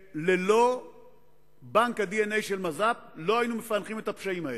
שללא בנק ה-DNA של מז"פ לא היינו מפענחים את הפשעים האלה.